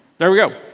there we go.